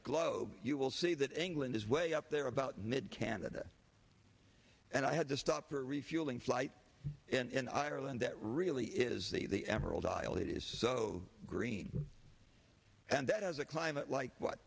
globe you will see that england is way up there about mid canada and i had to stop for refueling flight in ireland that really is the the emerald isle that is so green and that has a climate like what